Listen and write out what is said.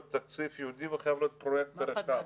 זה חייב להיות תקציב ייעודי וחייב להיות פרויקטור אחד.